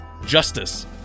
Justice